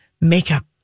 makeup